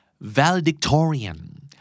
valedictorian